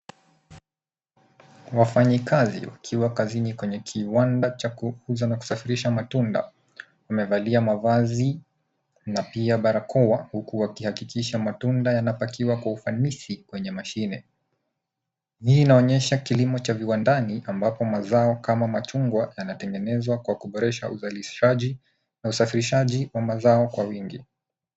Wafanyakazi wakiwa kazini kwenye kiwanda cha kuuza na kusafirisha matunda, wamevalia mavazi na pia barakoa huku wakihakikisha matunda yanapakiwa kwa ufanisi kwenye mashine. Hii inaonyesha kilimo cha viwandani, ambapo mazao kama machungwa yanatengenezwa kwa kuboresha uzalishaji, na usafirishaji wa mazao kwa wingi.